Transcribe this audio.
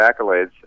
accolades